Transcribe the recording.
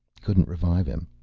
couldn't revive him.